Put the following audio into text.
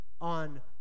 on